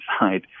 inside